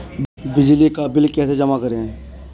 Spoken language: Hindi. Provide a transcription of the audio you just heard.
बिजली का बिल कैसे जमा करें?